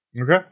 Okay